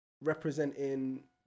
representing